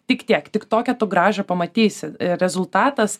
tik tiek tik tokią gražą pamatysi rezultatas